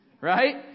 right